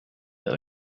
and